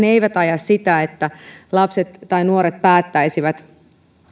eivät aja sitä että lapset tai nuoret päättäisivät